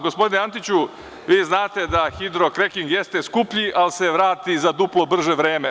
Gospodine Antiću, vi znate da hidro kreking jeste skuplji ali se vrati za duplo brže vreme.